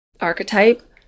archetype